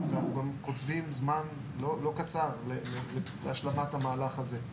ואנחנו גם קוצבים זמן לא קצר להשלמת המהלך הזה,